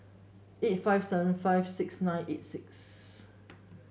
eight five seven five six nine eight six